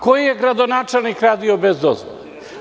Koji je gradonačelnik radio bez dozvole?